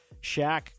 Shaq